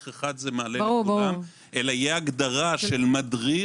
אחד זה מעלה לכולם אלא תהיה הגדרה של מדריך,